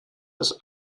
ist